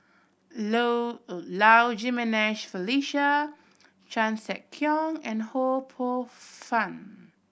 Low Jimenez Felicia Chan Sek Keong and Ho Poh Fun